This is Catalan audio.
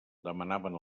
demanaven